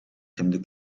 тэмдэг